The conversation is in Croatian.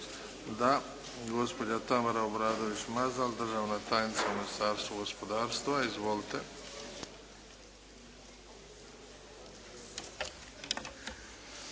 Da. Gospođa Tamara Obradović Mazal, državna tajnica u Ministarstvu gospodarstva. Izvolite.